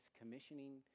commissioning